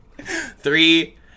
three